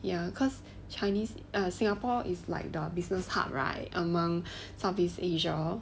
ya cause chinese singapore is like the business hub right among southeast asia